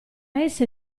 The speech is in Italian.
esse